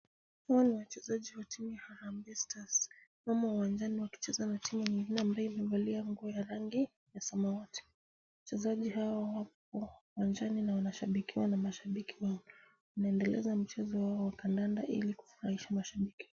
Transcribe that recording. Hawa ni wachezaji wa timu ya Harambe Stars wako uwanjani wakicheza mpira na timu ambayo imevalia nguo ya rangi ya samawati. Wachezaji hawa wako uwanjani na mashabiki wanawashabikia. Wanaendeleza mchezo huu ili kufurahisha mashabiki wao.